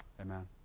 Amen